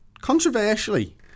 controversially